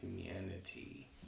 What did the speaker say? humanity